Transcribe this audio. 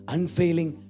Unfailing